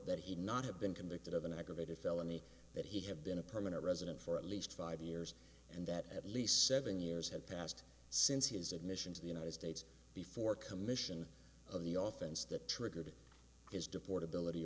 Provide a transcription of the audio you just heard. that he not have been convicted of an aggravated felony that he have been a permanent resident for at least five years and that at least seven years have passed since his admission to the united states before commission of the all things that triggered his deport ability